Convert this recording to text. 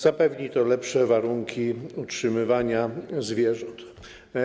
Zapewni to lepsze warunki utrzymywania zwierząt.